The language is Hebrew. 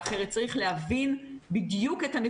אני חושב שבתוך הדבר הזה,